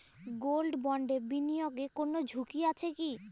Gold বন্ডে বিনিয়োগে কোন ঝুঁকি আছে কি?